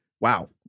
wow